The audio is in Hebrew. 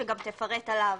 שגם תפרט עליו.